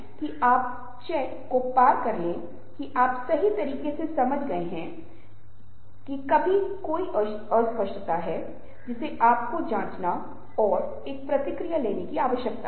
अब पिछली दो संचार शैलियों की तरह इस तरह के लोगों को कुछ ताकत के साथ साथ कुछ कमजोरियां भी मिली हैं